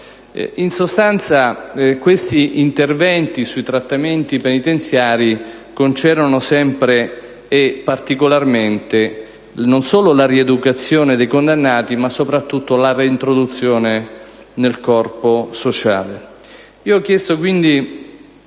In sostanza, questi interventi sui trattamenti penitenziari concernono sempre e particolarmente, non solo la rieducazione dei condannati, ma soprattutto la reintroduzione nel corpo sociale. Ho chiesto quindi